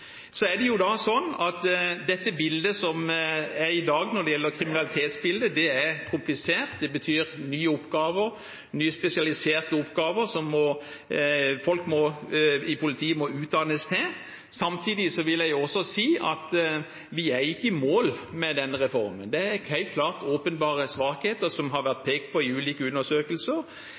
Så er det sånn at det kriminalitetsbildet som er i dag, er komplisert. Det betyr nye oppgaver, nye spesialiserte oppgaver som folk i politiet må utdannes til. Samtidig vil jeg også si at vi ikke er i mål med denne reformen. Det er helt klart åpenbare svakheter, som har vært pekt på i ulike undersøkelser.